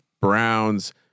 Browns